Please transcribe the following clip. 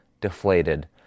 deflated